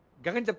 gagan,